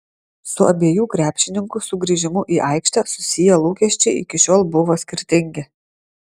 su abiejų krepšininkų sugrįžimu į aikštę susiję lūkesčiai iki šiol buvo skirtingi